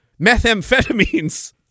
Methamphetamines